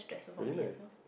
really meh